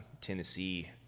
Tennessee